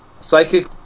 Psychic